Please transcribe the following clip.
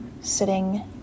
sitting